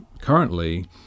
currently